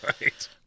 Right